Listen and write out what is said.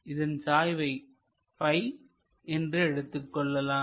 இதன் சாய்வை ப்பி என்று எடுத்துக்கொள்ளலாம்